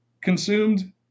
consumed